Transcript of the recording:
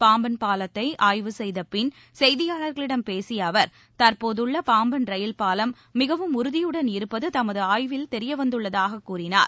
பாம்பன் பாலத்தை ஆய்வு செய்தபின் செய்தியாளர்களிடம் பேசிய அவர் தற்போதுள்ள பாம்பன் ரயில்பாலம் மிகவும் உறுதியுடன் இருப்பது தமது ஆய்வில் தெரிய வந்துள்ளதாகக் கூறினார்